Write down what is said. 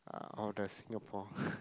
uh of the Singapore